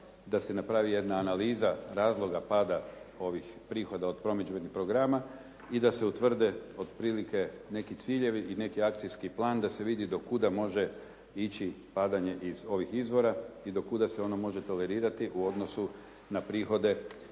da se napravi jedna analiza razloga pada ovih prihoda od promidžbenih programa i da se utvrde otprilike neki ciljevi i neki akcijski plan, da se vidi do kuda može ići padanje iz ovih izvora i do kuda se ono može tolerirati u odnosu na prihode